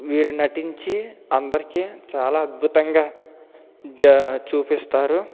వీరు నటించి అందరికీ చాలా అద్భుతంగా జ చూపిస్తారు